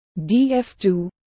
DF2